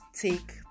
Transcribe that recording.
take